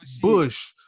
Bush